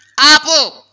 ఆపు